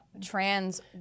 Trans